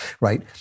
right